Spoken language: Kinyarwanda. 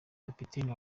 kapiteni